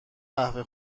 قهوه